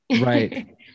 Right